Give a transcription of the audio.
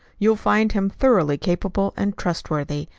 you'll find him thoroughly capable and trustworthy.